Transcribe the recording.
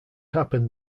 happened